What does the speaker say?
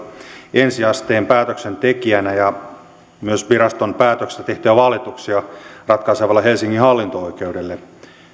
ensi asteen päätöksentekijänä ja myös viraston päätöksistä tehtyjä valituksia ratkaisevalle helsingin hallinto oikeudelle